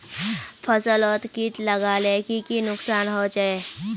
फसलोत किट लगाले की की नुकसान होचए?